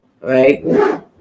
Right